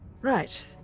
Right